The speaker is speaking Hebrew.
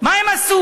מה הם עשו?